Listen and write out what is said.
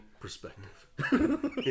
perspective